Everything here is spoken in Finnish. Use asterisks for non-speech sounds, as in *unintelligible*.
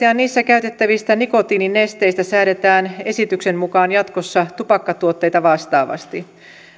*unintelligible* ja niissä käytettävistä nikotiininesteistä säädetään esityksen mukaan jatkossa tupakkatuotteita vastaavasti